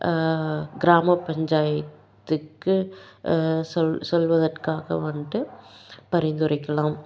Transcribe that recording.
கிராம பஞ்சாயத்துக்கு சொல் சொல்வதற்காக வந்துட்டு பரிந்துரைக்கலாம்